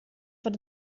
foar